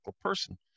person